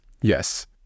Yes